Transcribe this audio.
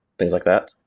things like that,